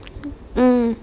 mm